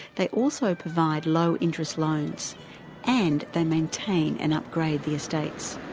they also provide low interest loans and they maintain and upgrade the estates.